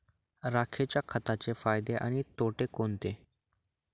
राखेच्या खताचे फायदे आणि तोटे कोणते?